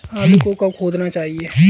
आलू को कब खोदना चाहिए?